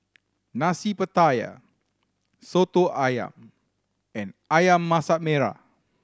Nasi Pattaya Soto Ayam and Ayam Masak Merah